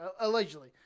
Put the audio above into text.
Allegedly